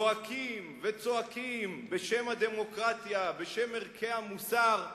זועקים וצועקים בשם הדמוקרטיה, בשם ערכי המוסר,